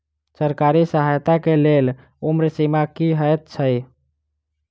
सरकारी सहायता केँ लेल उम्र सीमा की हएत छई?